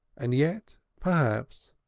and yet, perhaps,